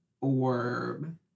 orb